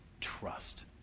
trust